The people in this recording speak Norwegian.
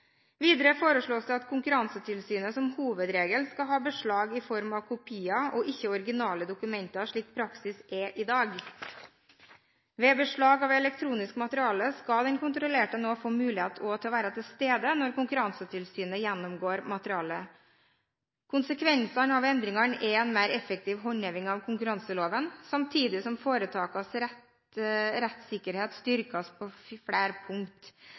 Videre blir det foreslått at Konkurransetilsynet som hovedregel skal ha beslag i form av kopier – og ikke originale dokumenter, slik praksis er i dag. Ved beslag av elektronisk materiale skal den kontrollerte nå få mulighet til å være til stede når Konkurransetilsynet gjennomgår materialet. Konsekvensene av endringene er en mer effektiv håndheving av konkurranseloven, samtidig som foretakenes rettssikkerhet blir styrket på flere